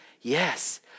yes